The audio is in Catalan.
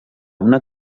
una